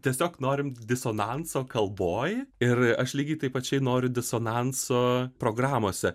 tiesiog norim disonanso kalboj ir aš lygiai taip pačiai noriu disonanso programose